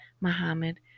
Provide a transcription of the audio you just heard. Muhammad